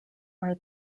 are